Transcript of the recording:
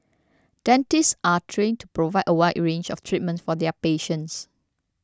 dentists are trained to provide a wide range of treatment for their patients